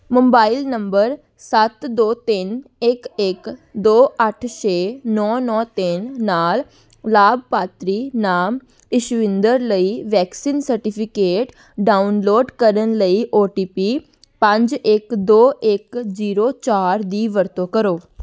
mobile number ਸੱਤ ਦੋ ਤਿੰਨ ਇੱਕ ਇੱਕ ਦੋ ਅੱਠ ਛੇ ਨੌਂ ਨੌਂ ਤਿੰਨ ਨਾਲ ਲਾਭਪਾਤਰੀ ਨਾਮ ਇਸ਼ਵਿੰਦਰ ਲਈ ਵੈਕਸੀਨ ਸਰਟੀਫਿਕੇਟ ਡਾਊਨਲੋਡ ਕਰਨ ਲਈ ਓ ਟੀ ਪੀ ਪੰਜ ਇੱਕ ਦੋ ਇੱਕ ਜੀਰੋ ਚਾਰ ਦੀ ਵਰਤੋਂ ਕਰੋ